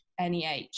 NEH